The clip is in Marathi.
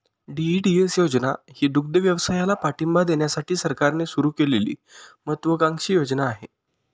डी.ई.डी.एस योजना ही दुग्धव्यवसायाला पाठिंबा देण्यासाठी सरकारने सुरू केलेली महत्त्वाकांक्षी योजना आहे